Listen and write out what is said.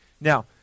Now